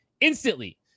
instantly